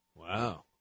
Wow